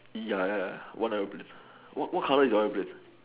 ya ya ya what aeroplane what colour is your aeroplane